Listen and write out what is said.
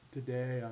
Today